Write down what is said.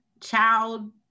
child